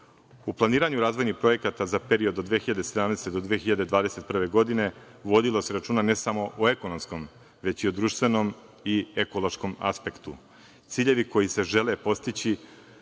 planiranju razvojnih projekata za period od 2017. do 2021. godine, vodilo se računa ne samo o ekonomskom, već i o društvenom i ekološkom aspektu. Ciljevi koji se žele postići